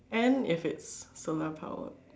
and if it's solar powered